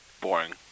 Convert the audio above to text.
boring